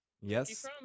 Yes